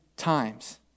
times